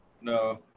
No